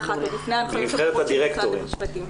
אחת עוד לפני ההנחיות הברורות של משרד המשפטים.